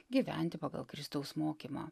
gyventi pagal kristaus mokymą